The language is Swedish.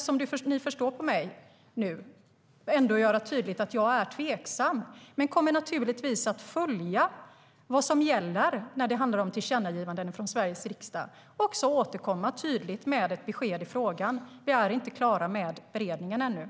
Som ni förstår vill jag ändå göra det tydligt att jag är tveksam. Men jag kommer naturligtvis att följa vad som gäller för tillkännagivanden från Sveriges riksdag och återkomma med ett tydligt besked i frågan.